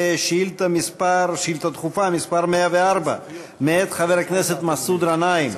שאילתה דחופה מס' 104 מאת חבר הכנסת מסעוד גנאים.